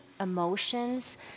emotions